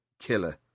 killer